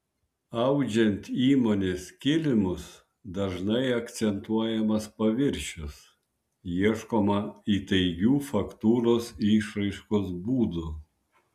audžiant įmonės kilimus dažnai akcentuojamas paviršius ieškoma įtaigių faktūros išraiškos būdų